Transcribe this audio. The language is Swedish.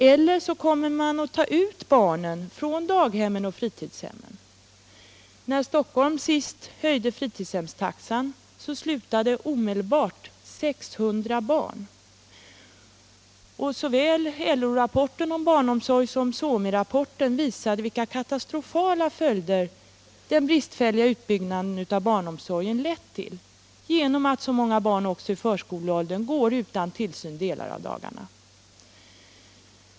—- eller att man tar ut barnen från daghemmen och fritidshemmen. När Stockholm senast höjde fritidshemstaxan slutade omedelbart 600 barn. Såväl LO-rapporten om barnomsorg som SOMI-rapporten visar vilka katastrofala följder den bristfälliga utbyggnaden av barnomsorgen lett till genom att så många barn också i förskoleåldern går utan tillsyn under delar av dagen.